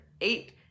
eight